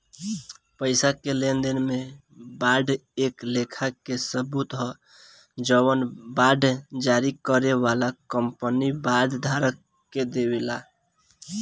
पईसा के लेनदेन में बांड एक लेखा के सबूत ह जवन बांड जारी करे वाला कंपनी बांड धारक के देवेला